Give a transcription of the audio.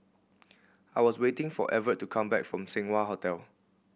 I was waiting for Evert to come back from Seng Wah Hotel